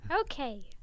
Okay